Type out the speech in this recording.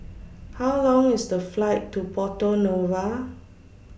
How Long IS The Flight to Porto Novo